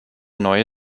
neue